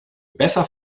besser